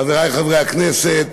חברי חברי הכנסת,